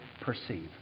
perceive